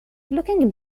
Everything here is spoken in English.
looking